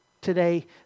today